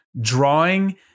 drawing